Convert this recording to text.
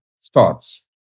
starts